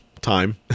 time